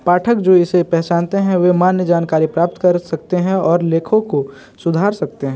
पाठक जो इसे पहचानते हैं वह मान्य जानकारी प्राप्त कर सकते हैं और लेखों को सुधार सकते हैं